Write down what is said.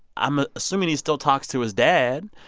i'm assuming he still talks to his dad.